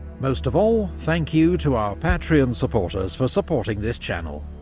most of all thank you to our patreon supporters for supporting this channel.